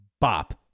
bop